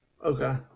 Okay